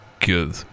good